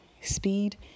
speed